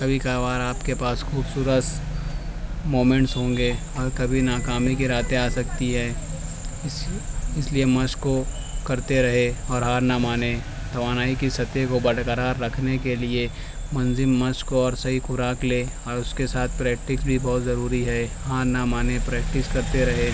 کبھی کبھار آپ کے پاس خوبصورت مومینٹس ہوں گے اور کبھی ناکامی کے راتیں آ سکتی ہے اس اس لیے مشق کو کرتے رہے اور ہار نہ مانے توانائی کی سطح کو برقرار رکھنے کے لیے مُنظّم مشق اور صحیح خوراک لے اور اس کے ساتھ پریکٹس بہت ضروری ہے ہار نہ مانے پریکٹس کرتے رہے